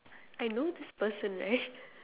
I know this person right